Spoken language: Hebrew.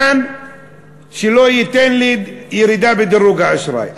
שלא ייתן לי ירידה בדירוג האשראי.